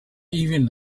even